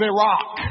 Iraq